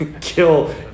kill